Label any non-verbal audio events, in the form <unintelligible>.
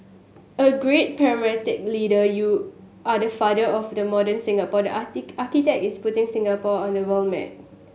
a great pragmatic leader you are the father of the modern Singapore the <unintelligible> architect is putting Singapore on the world map